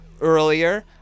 earlier